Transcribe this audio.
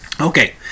Okay